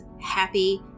happy